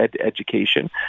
education